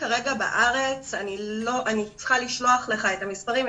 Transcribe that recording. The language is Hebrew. אני צריכה לשלוח לך את המספרים.